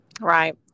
Right